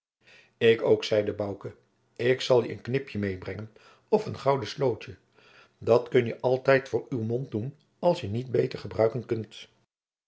ik ook zeide bouke ik zal je een knipje meêbrengen of een gouden slootje dat kunt ge altijd jacob van lennep de pleegzoon voor uw mond doen als je t niet beter gebruiken kunt